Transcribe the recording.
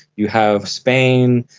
you have spain,